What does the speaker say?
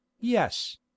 yes